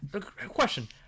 Question